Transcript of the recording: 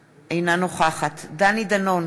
דנון,